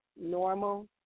normal